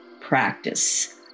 practice